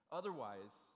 otherwise